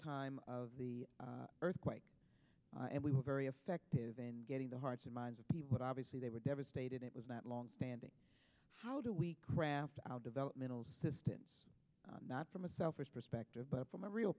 time of the earthquake and we were very effective in getting the hearts and minds of people but obviously they were devastated it was not long standing how do we craft our developmental assistance not from a selfish perspective but from a real